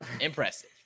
impressive